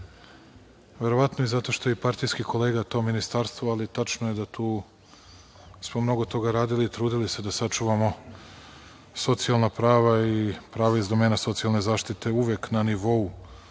verovatno i zato što je partijski kolega, to ministarstvo, ali tačno je da smo tu mnogo toga radili i trudili se da sačuvamo socijalna prava i prava iz domena socijalne zaštite, uvek na nivou